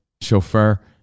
chauffeur